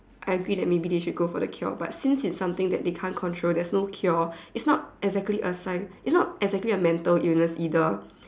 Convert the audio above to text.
I agree that maybe they should go for the cure but since it's something that they can't control there's no cure it's not exactly a sign it's not exactly a mental illness either